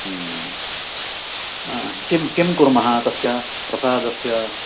किं किं कुर्मः तस्य प्रसादस्य